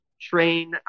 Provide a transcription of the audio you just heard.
train